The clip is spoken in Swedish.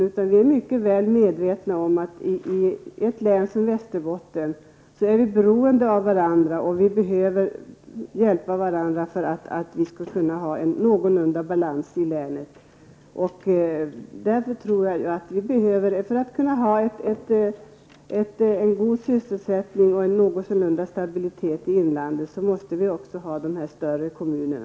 I stället är vi mycket väl medvetna om att människorna i ett län som Västerbottens län är beroende av varandra. Vi som bor där behöver hjälpa varandra för att det skall bli en någorlunda god balans i länet. För att kunna uppnå en bra sysselsättning och en någorlunda god stabilitet i inlandet måste det nog finnas sådana här större kommuner.